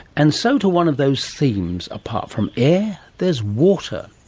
and so to one of those themes. apart from air, there's water.